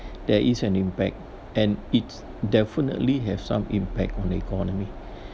there is an impact and it's definitely have some impact on the economy